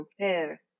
compare